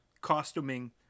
costuming